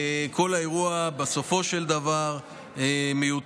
כל האירוע בסופו של דבר מיותר,